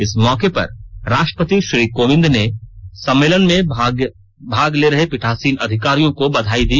इस मौके पर राष्ट्रपति श्री कोविंद ने सम्मेलन में भाग ले रहे पीठासीन अधिकारियों को बधाई दी